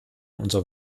unser